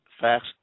facts